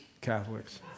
Catholics